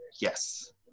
Yes